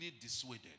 dissuaded